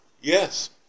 Yes